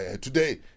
today